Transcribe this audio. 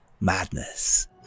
madness